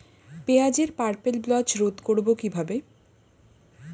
পেঁয়াজের purple blotch রোধ করবো কিভাবে?